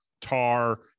tar